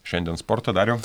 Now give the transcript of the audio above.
šiandien sporto dariau